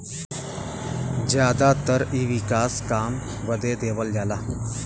जादातर इ विकास काम बदे देवल जाला